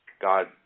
God